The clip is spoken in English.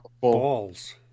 balls